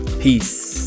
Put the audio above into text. Peace